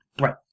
Right